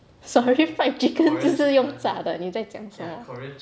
sorry fried chicken 就是用炸的你在讲什么